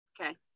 Okay